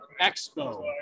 expo